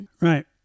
Right